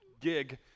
gig